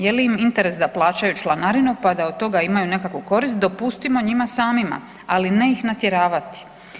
Je li im interes da plaćaju članarinu pa da od toga imaju nekakvu korist, dopustimo njima samima, ali ne ih natjeravati.